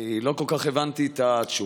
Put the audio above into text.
אני לא כל כך הבנתי את התשובה.